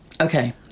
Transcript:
okay